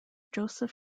joseph